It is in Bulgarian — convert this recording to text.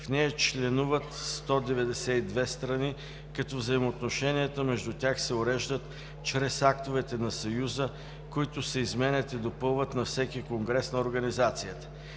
В нея членуват 192 страни, като взаимоотношенията между тях се уреждат чрез актовете на Съюза, които се изменят и допълват на всеки конгрес на организацията.